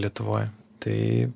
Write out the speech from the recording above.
lietuvoj tai